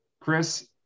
Chris